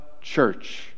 church